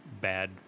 bad